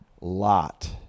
Lot